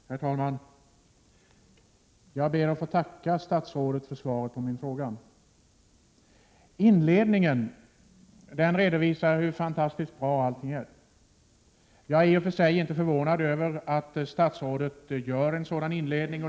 Herr talman! Jag ber att få tacka statsrådet för svaret på min interpellation. I inledningen till statsrådets svar redovisas hur fantastiskt bra allting är. Jag är i och för sig inte förvånad över att statsrådet gör en sådan inledning.